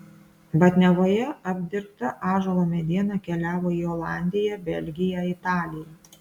batniavoje apdirbta ąžuolo mediena keliavo į olandiją belgiją italiją